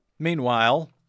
Meanwhile